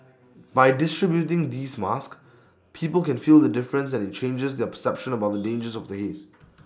by distributing these masks people can feel the difference and IT changes their perception about the dangers of the haze